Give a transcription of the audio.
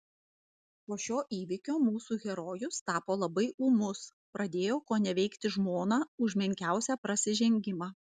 po šio įvykio mūsų herojus tapo labai ūmus pradėjo koneveikti žmoną už menkiausią prasižengimą